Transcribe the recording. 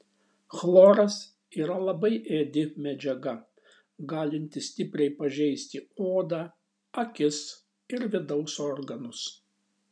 chloras yra labai ėdi medžiaga galinti stipriai pažeisti odą akis ir vidaus organus